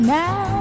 now